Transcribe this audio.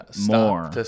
more